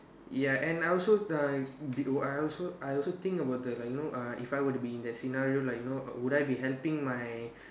ya and I also uh I also I also think about the like you know uh if I were to be in that scenario like you know would I be helping my